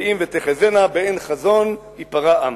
ואם "ותחזינה" באין חזון ייפרע עם.